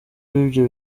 w’ibyo